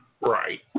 Right